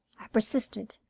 i persisted.